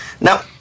Now